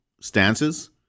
stances